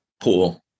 Pool